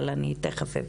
אבל אני תיכף אגיע לשם.